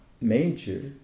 major